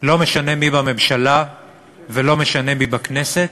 לא משנה מי בממשלה ולא משנה מי בכנסת,